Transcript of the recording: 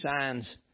signs